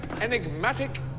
enigmatic